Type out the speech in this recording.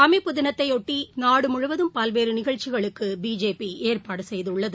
அமைப்புதினத்தையொட்டிநாடுமுழுவதும் பல்வேறுநிகழ்ச்சிகளுக்குபிஜேபிஏற்பாடுசெய்துள்ளது